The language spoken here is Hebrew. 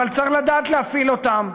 אבל צריך לדעת להפעיל אותם.